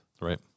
Right